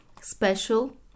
special